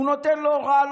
הוא נותן לו הוראה,